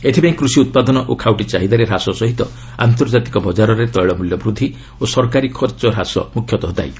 ଏଥିପାଇଁ କୃଷି ଉତ୍ପାଦନ ଓ ଖାଉଟି ଚାହିଦାରେ ହ୍ରାସ ସହିତ ଆନ୍ତର୍କାତିକ ବଜାରରେ ତେିଳ ମୂଲ୍ୟ ବୃଦ୍ଧି ଓ ସରକାରୀ ଖର୍ଚ୍ଚ ହ୍ରାସ ମୁଖ୍ୟତଃ ଦାୟୀ